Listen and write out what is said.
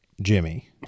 Jimmy